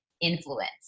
influence